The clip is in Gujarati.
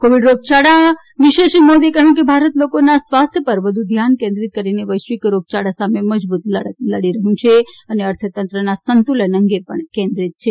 કોવિડ રોગયાળ વિશે શ્રી મોદીએ કહ્યું કે ભારત લોકોના સ્વાસ્થ્ય પર વધુ ધ્યાન કેન્દ્રિત કરીને વૈશ્વિક રોગયાળા સામે મજબૂત લડત લડી રહ્યું છે અને અર્થતંત્રના સંતુલન અંગે પણ કેન્દ્રિત છે